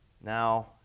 now